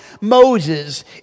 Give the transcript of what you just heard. Moses